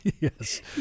Yes